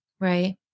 right